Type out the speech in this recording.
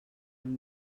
amb